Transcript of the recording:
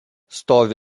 stovi